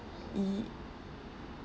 y~